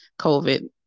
COVID